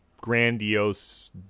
grandiose